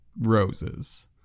Roses